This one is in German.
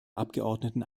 abgeordneten